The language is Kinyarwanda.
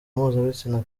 mpuzabitsina